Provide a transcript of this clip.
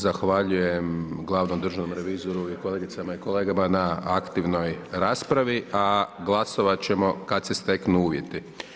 Zahvaljujem glavnom državnom revizoru i kolegicama i kolegama na aktivnoj raspravi, a glasovati ćemo kad se steknu uvjeti.